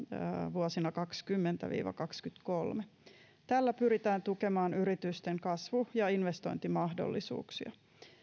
vuosina kaksikymmentä viiva kaksikymmentäkolme tällä pyritään tukemaan yritysten kasvu ja investointimahdollisuuksia